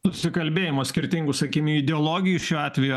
nusikalbėjimo skirtingų sakykim ideologijų šiuo atveju